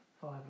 Five